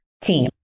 team